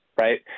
right